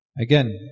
Again